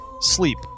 Sleep